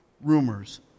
rumors